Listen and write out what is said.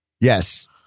Yes